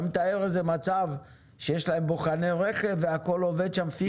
אתה מתאר איזה מצב שיש להם בוחני רכב והכל עובד שם פיקס?